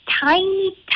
tiny